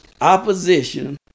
opposition